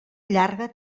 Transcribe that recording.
llarga